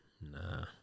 Nah